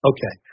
Okay